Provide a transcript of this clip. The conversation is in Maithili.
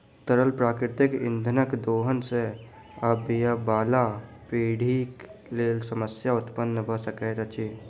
तरल प्राकृतिक इंधनक दोहन सॅ आबयबाला पीढ़ीक लेल समस्या उत्पन्न भ सकैत अछि